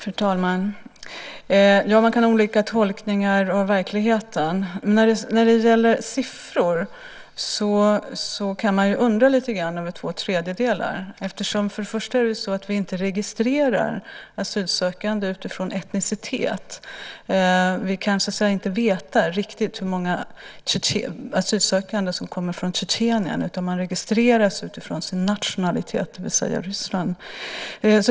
Fru talman! Man kan ha olika tolkningar av verkligheten. När det gäller siffror kan man undra lite grann över två tredjedelar. För det första registrerar vi inte asylsökande utifrån etnicitet. Vi kan inte veta riktigt hur många asylsökande som kommer från Tjetjenien. Man registreras utifrån sin nationalitet, det vill säga Ryssland.